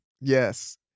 Yes